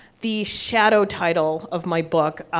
the shadow title of my book,